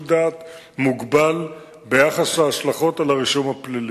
דעת מוגבל ביחס להשלכות הרישום הפלילי.